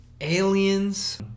aliens